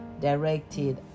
directed